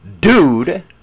dude